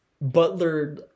Butler